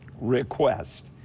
request